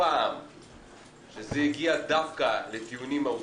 כשזה הגיע דווקא לטיעונים מהותיים.